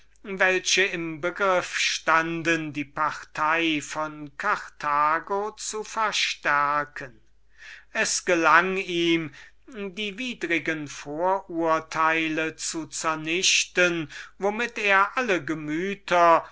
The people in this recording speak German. welche im begriff stunden die partei von carthago zu verstärken es gelang ihm die widrigen vorurteile zu zernichten womit er alle gemüter